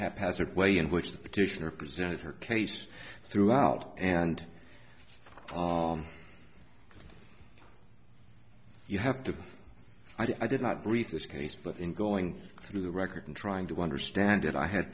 haphazard way in which the petitioner presented her case throughout and you have to i did not read this case but in going through the record and trying to understand it i had